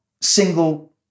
single